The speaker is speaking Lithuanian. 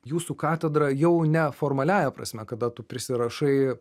jūsų katedra jau ne formaliąja prasme kada tu prisirašai